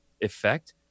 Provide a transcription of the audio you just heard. effect